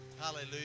Hallelujah